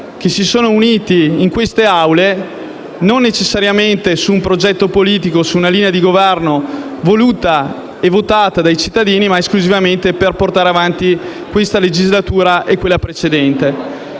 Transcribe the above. che si sono uniti in queste Aule, non necessariamente su un progetto politico o su una linea di governo voluta e votata dai cittadini, ma esclusivamente per portare avanti questa legislatura e quella precedente.